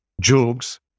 jokes